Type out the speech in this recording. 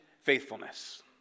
faithfulness